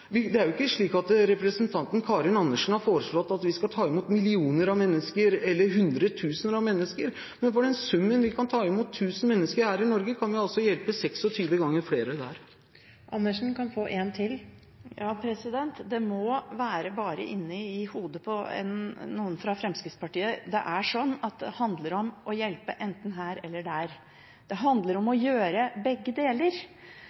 menneskene? Det er jo ikke slik at representanten Karin Andersen har foreslått at vi skal ta imot millioner av mennesker eller hundretusener av mennesker, men for den summen vi kan ta imot 1 000 mennesker for her i Norge, kan vi altså hjelpe 26 ganger flere der. Det må bare være inne i hodet på noen fra Fremskrittspartiet at det er slik at det handler om å hjelpe enten her eller der. Det handler om å gjøre begge deler.